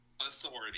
authority